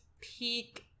peak